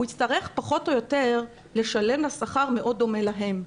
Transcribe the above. הוא יצטרך פחות או יותר לשלם לה שכר מאוד דומה לשכר אותו הוא משלם להם.